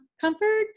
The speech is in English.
comfort